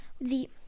The